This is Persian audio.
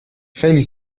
خیلی